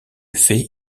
fait